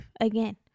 Again